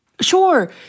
Sure